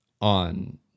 on